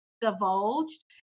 divulged